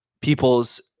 people's